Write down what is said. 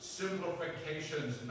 simplifications